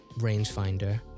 rangefinder